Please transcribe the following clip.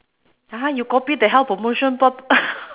!huh! you copy the health promotion board